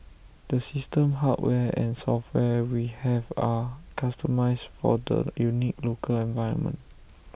the system hardware and software we have are customised for the unique local environment